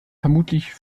vermutlich